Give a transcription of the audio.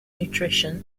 nutrition